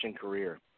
career